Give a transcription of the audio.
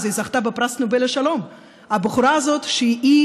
היא זכתה בפרס נובל לשלום.